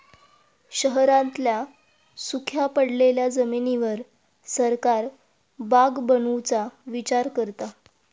शहरांतल्या सुख्या पडलेल्या जमिनीर सरकार बाग बनवुचा विचार करता